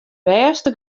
bêste